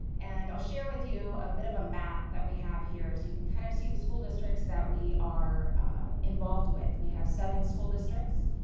and i'll share with you a bit of a map that we have here, so you can kind of see the school districts that we are involved with. we have seven school districts.